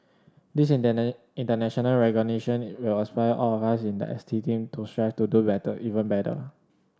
this international recognition will inspire all of us in the S T team to strive to do better even better